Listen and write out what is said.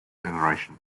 generation